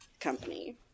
Company